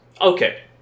Okay